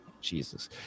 Jesus